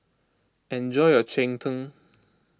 enjoy your Cheng Tng